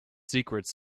secrets